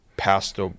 passed